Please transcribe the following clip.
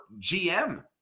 GM